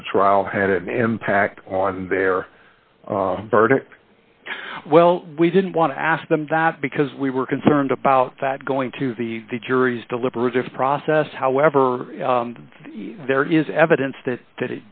of the trial had an impact on their verdict well we didn't want to ask them that because we were concerned about that going to the jury's deliberative process however there is evidence that that